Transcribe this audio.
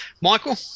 Michael